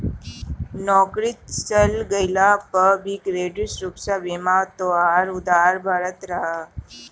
नोकरी चल गइला पअ भी क्रेडिट सुरक्षा बीमा तोहार उधार भरत हअ